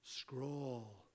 scroll